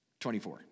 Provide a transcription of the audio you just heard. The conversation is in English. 24